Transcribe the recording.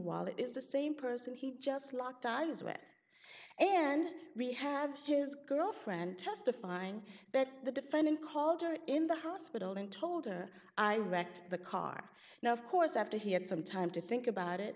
is the same person he just locked eyes with and we have his girlfriend testifying that the defendant called her in the hospital and told her i wrecked the car now of course after he had some time to think about it